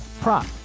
prop